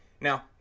Now